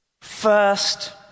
first